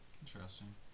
Interesting